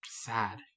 sad